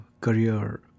career